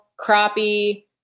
crappie